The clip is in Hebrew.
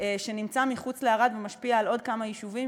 שנמצא מחוץ לערד ומשפיע על עוד כמה יישובים,